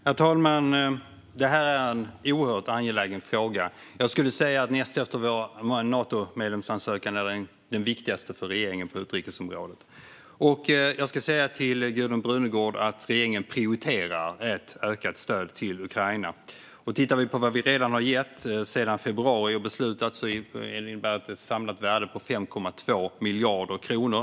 Herr talman! Det här är en oerhört angelägen fråga. Jag skulle säga att näst efter vår Natomedlemskapsansökan är det den viktigaste för regeringen på utrikesområdet. Jag ska säga till Gudrun Brunegård att regeringen prioriterar ett ökat stöd till Ukraina. Tittar vi på vad vi redan har gett och beslutat sedan februari innebär det ett samlat värde på 5,2 miljarder kronor.